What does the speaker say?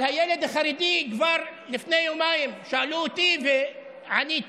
על הילד החרדי כבר לפני יומיים שאלו אותי, ועניתי.